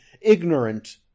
ignorant